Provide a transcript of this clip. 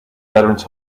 veterans